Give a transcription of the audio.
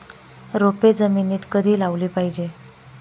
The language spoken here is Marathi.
रोपे जमिनीत कधी लावली पाहिजे?